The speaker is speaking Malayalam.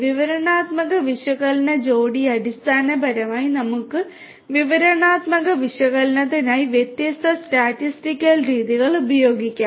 വിവരണാത്മക വിശകലന ജോടി അടിസ്ഥാനപരമായി നമുക്ക് വിവരണാത്മക വിശകലനത്തിനായി വ്യത്യസ്ത സ്റ്റാറ്റിസ്റ്റിക്കൽ രീതികൾ ഉപയോഗിക്കാം